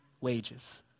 wages